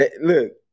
Look